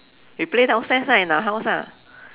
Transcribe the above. we play downstairs lah in our house ah